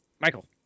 Michael